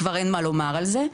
כבר אין מה לומר על זה,